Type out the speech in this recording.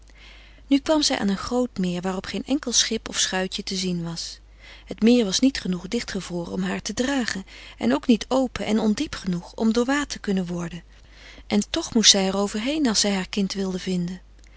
nu kwam zij aan een groot meer waarop geen enkel schip of schuitje te zien was het meer was niet genoeg dichtgevroren om haar te dragen en ook niet open en ondiep genoeg om doorwaad te kunnen worden en toch moest zij er overheen als zij haar kind wilde vinden